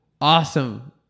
awesome